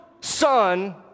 son